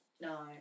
No